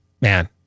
man